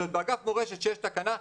באגף מורשת שיש תקנה,